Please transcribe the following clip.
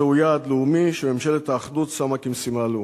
זהו יעד לאומי שממשלת האחדות שמה כמשימה לאומית.